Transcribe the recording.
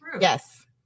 Yes